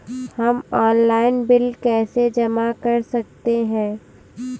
हम online bill कैसे जमा कर सकते हैं?